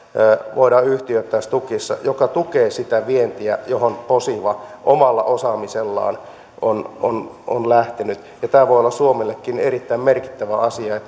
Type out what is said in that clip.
voidaan yhtiöittää stukista joka tukee sitä vientiä johon posiva omalla osaamisellaan on on lähtenyt tämä voi olla suomellekin erittäin merkittävä asia